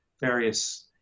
various